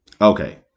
Okay